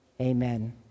Amen